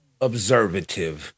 observative